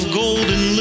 golden